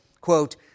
quote